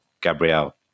Gabriel